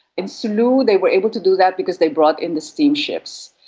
in sulu they were able to do that because they brought in the steamships,